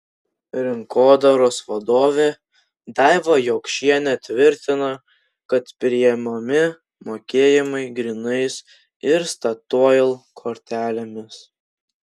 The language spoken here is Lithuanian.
rinkodaros vadovė daiva jokšienė tvirtina kad priimami mokėjimai grynais ir statoil kortelėmis